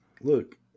Look